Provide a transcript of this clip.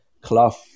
Clough